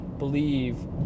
believe